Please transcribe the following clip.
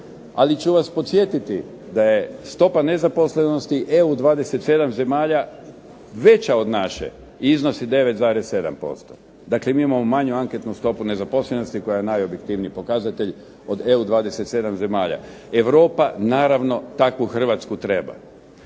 Ali ću vas podsjetiti da je stopa nezaposlenosti EU 27 zemalja veća od naše i iznosi 9,7%. Dakle, mi imamo manju anketnu stopu nezaposlenosti koji je najobjektivniji pokazatelja od EU 27 zemalja. Europa naravno takvu Hrvatsku treba.